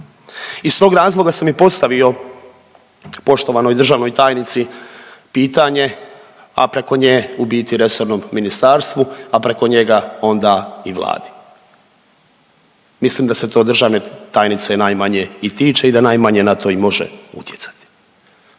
Iz tog razloga sam i postavio poštovanoj državnoj tajnici pitanje, a preko nje u biti resornom ministarstvu, a preko njega onda i Vladi. Mislim da se to državne tajnice najmanje i tiče i da najmanje na to i može utjecati.